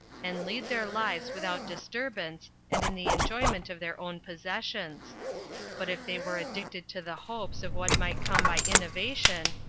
and lead their lives without disturbance, and in the enjoyment of their own possessions but if they were addicted to the hopes of what might come by innovation,